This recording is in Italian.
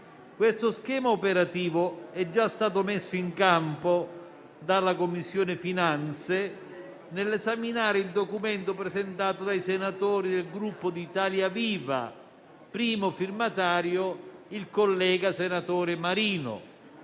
Questo schema operativo è già stato messo in campo dalla Commissione finanze nell'esaminare il documento presentato dai senatori del Gruppo Italia Viva, a prima firma del collega senatore Marino.